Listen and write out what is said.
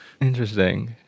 Interesting